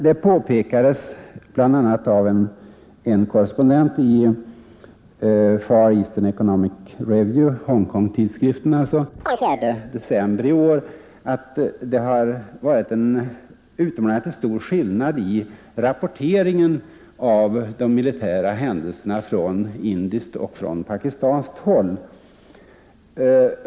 Det påpekades bl.a. av en korrespondent i Hongkongtidskriften Far Eastern Economic Review för den 4 december i år att det rått en utomordentligt stor skillnad i rapporteringen av de militära händelserna från indiskt och från pakistanskt håll.